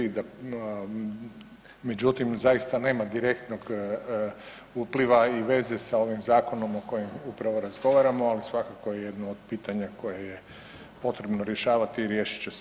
Međutim zaista nema direktnog upliva i veze sa ovim zakonom o kojem upravo razgovaramo, ali svakako je jedno od pitanja koje je potrebno rješavati i riješit će se